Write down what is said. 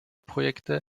projekte